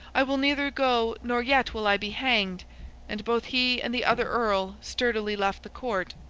i will neither go nor yet will i be hanged and both he and the other earl sturdily left the court,